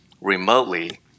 remotely